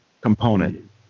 component